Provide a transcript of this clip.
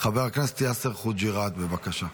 חבר הכנסת יאסר חוג'יראת, בבקשה.